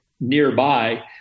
nearby